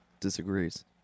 disagrees